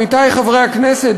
עמיתי חברי הכנסת,